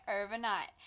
overnight